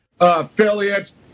affiliates